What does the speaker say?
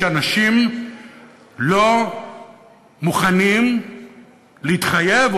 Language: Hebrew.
שאנשים לא מוכנים להתחייב,